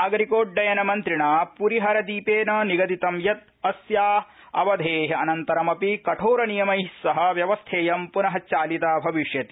नागरिकोड्डयन मन्त्रिणा पुरी हरदीपेन निगदितं यत् अस्या अवधे अनन्तरमपि कठोरनियमै सह व्यवस्थेयं पुन चालिता भविष्यति